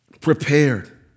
prepared